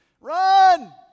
Run